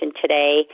today